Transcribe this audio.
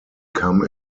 come